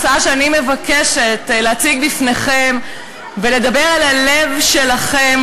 אבל ההצעה שאני מבקשת להציג בפניכם ולדבר אל הלב שלכם,